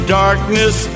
darkness